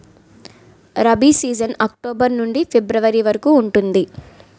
rabi season October నుండి February వరకు ఉంటుంది